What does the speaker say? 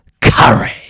curry